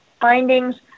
findings